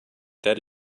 that